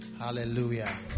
Hallelujah